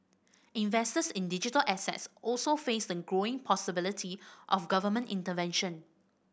investors in digital assets also face the growing possibility of government intervention